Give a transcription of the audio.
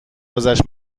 گذشت